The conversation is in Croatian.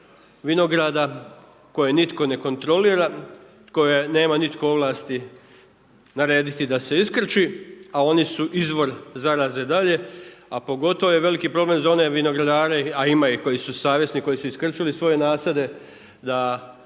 vinograda koje nitko ne kontrolira, koje nema nitko ovlasti narediti da se iskrči, a oni su izvor zaraze dalje, a pogotovo je veliki problem za one vinogradare, a ima ih koji su savjesni, koji su iskrčili svoje nasade da